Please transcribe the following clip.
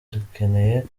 dukeneye